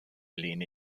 lehne